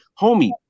Homie